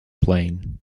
plane